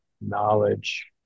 knowledge